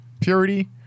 Purity